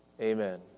Amen